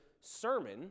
sermon